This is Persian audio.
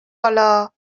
حالا